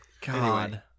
God